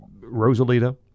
Rosalita